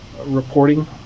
reporting